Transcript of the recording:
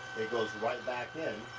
it goes right back in,